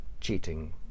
cheating